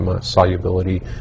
solubility